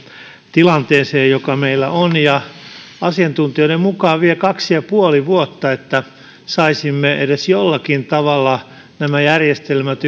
tilanteeseen joka meillä on asiantuntijoiden mukaan vie kaksi pilkku viisi vuotta että saisimme edes jollakin tavalla nämä järjestelmät